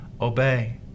obey